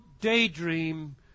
daydream